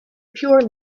pure